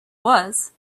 was